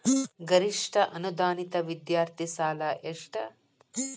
ಗರಿಷ್ಠ ಅನುದಾನಿತ ವಿದ್ಯಾರ್ಥಿ ಸಾಲ ಎಷ್ಟ